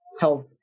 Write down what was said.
health